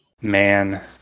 Man